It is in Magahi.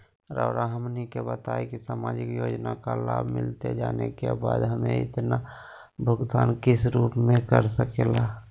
रहुआ हमने का बताएं की समाजिक योजना का लाभ मिलता जाने के बाद हमें इसका भुगतान किस रूप में कर सके ला?